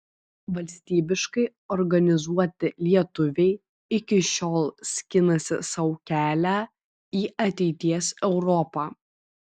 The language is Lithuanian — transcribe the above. valstybiškai organizuoti lietuviai iki šiol skinasi sau kelią į ateities europą